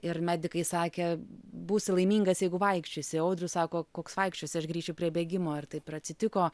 ir medikai sakė būsi laimingas jeigu vaikščiosi audrius sako koks vaikščiosi aš grįšiu prie bėgimo ir taip ir atsitiko